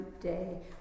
day